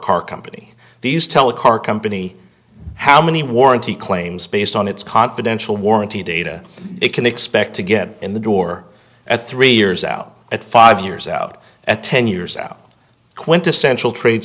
car company these tell a car company how many warranty claims based on its confidential warranty data it can expect to get in the door at three years out at five years out at ten years out quintessential trade